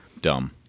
dumb